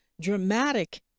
dramatic